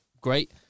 Great